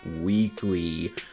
weekly